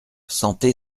santé